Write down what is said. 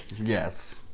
Yes